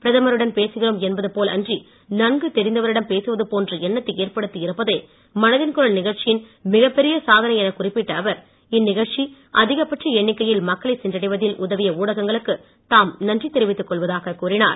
பிரதமருடன் பேசுகிறோம் என்பதுபோல் அன்றி நன்கு தெரிந்தவரிடம் பேசுவதுபோன்ற எண்ணத்தை ஏற்படுத்தி இருப்பதே மனதின் குரல் நிகழ்ச்சியின் மிகப்பெரிய சாதனை எனக்குறிப்பிட்ட அவர் இந்நிகழ்ச்சி அதிகபட்ச எண்ணிக்கையில் மக்களை சென்றடைவதில் உதவிய ஊடகங்களுக்கு தாம் நன்றி தெரிவித்துக்கொள்வதாகக் கூறினார்